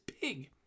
big